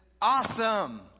awesome